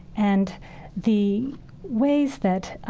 and the ways that